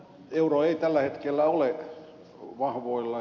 euro ei tällä hetkellä ole vahvoilla